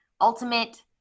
ultimate